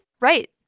Right